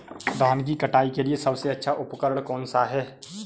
धान की कटाई के लिए सबसे अच्छा उपकरण कौन सा है?